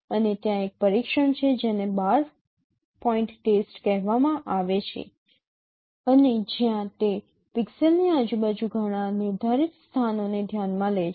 અને ત્યાં એક પરીક્ષણ છે જેને 12 પોઇન્ટ ટેસ્ટ કહેવામાં આવે છે અને જ્યાં તે પિક્સેલની આજુબાજુ ઘણાં નિર્ધારિત સ્થાનોને ધ્યાનમાં લે છે